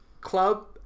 club